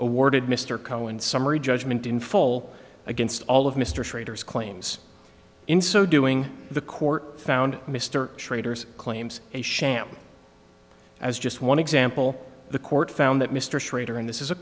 awarded mr cowen summary judgment didn't fall against all of mr traders claims in so doing the court found mr traders claims a sham as just one example the court found that mr schrader and this is a